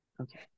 Okay